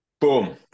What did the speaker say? boom